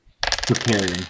preparing